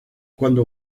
cuando